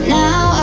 now